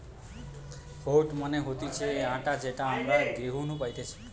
wheat মানে হতিছে আটা যেটা আমরা গেহু নু পাইতেছে